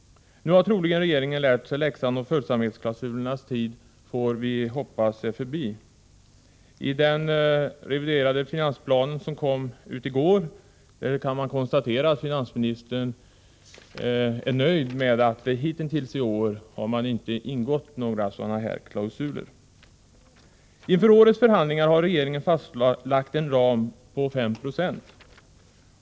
Nu har regeringen troligen lärt sig läxan, och vi hoppas att följsamhetsklausulernas tid är förbi. I den reviderade finansplan som kom ut i går kan man konstatera att finansministern är nöjd med att man hitintills i år inte har infört några sådana klausuler. Inför årets förhandlingar har regeringen fastlagt en ram om 5 90 löneökning.